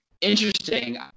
interesting